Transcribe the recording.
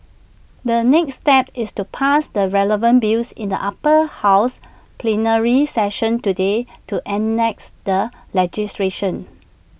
the next step is to pass the relevant bills in the Upper House plenary session today to enacts the legislation